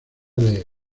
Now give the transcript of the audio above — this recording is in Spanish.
the